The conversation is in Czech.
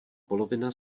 polovina